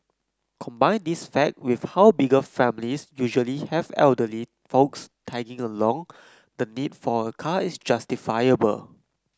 combine this fact with how bigger families usually have elderly folks tagging along the need for a car is justifiable